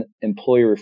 employee